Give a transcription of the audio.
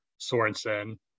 Sorensen